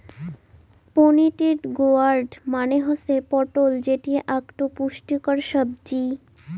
pointed gourd মানে হসে পটল যেটি আকটো পুষ্টিকর সাব্জি